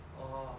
oh